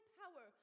power